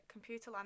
Computerland